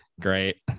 great